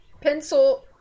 pencil